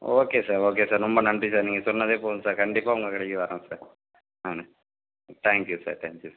okay sir okay sir ரொம்ப நன்றி sir நீங்கள் சொன்னதே போதும் சார் கண்டிப்பாக உங்க கடைக்கு வரோம் சார் ம் தேங்க்யூ சார் தேங்க்யூ சார்